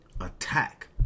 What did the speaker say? attack